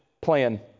plan